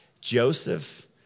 Joseph